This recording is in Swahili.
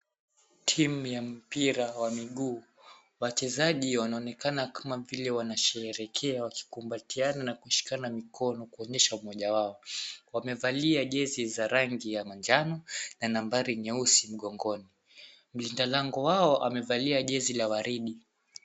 Timu ya mpira wa miguu. Wachezaji wanaonekana kama vile wanasherehekea wakikumbatiana na kushikana mikono kuonyesha umoja wao. Wamevalia jezi za rangi ya manjano na nambari nyeusi mgongoni. Mlinda lango wao amevalia jezi la waridi.